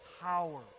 power